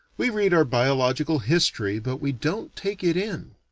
we read our biological history but we don't take it in.